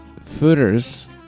footers